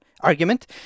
argument